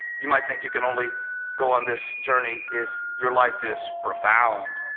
you might think you can only go on this journey if your life is profound,